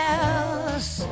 else